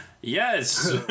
Yes